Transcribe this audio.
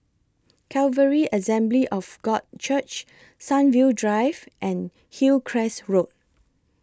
Calvary Assembly of God Church Sunview Drive and Hillcrest Road